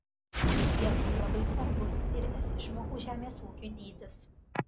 lietuvai labai svarbus ir es išmokų žemės ūkiui dydis